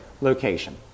location